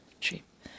cheap